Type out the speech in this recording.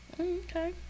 Okay